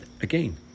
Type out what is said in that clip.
again